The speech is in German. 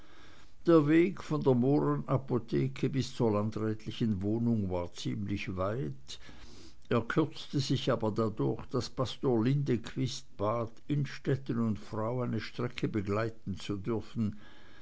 der weg von der mohrenapotheke bis zur landrätlichen wohnung war ziemlich weit er kürzte sich aber dadurch daß pastor lindequist bat innstetten und frau eine strecke begleiten zu dürfen